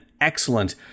excellent